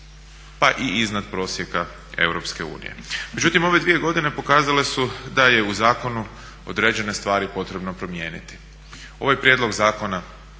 pa i iznad prosjeka Europske unije. Međutim ove 2 godine pokazale su da je u zakonu određene stvari potrebno promijeniti. Ovaj Prijedlog zakona